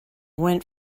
went